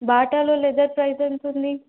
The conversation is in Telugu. బాటాలో లెదర్ ప్రైజ్ ఎంతండీ